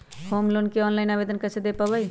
Home loan के online आवेदन कैसे दें पवई?